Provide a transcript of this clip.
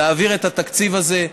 להעביר את התקציב הזה,